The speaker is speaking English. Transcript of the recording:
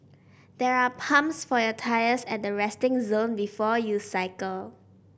there are pumps for your tyres at the resting zone before you cycle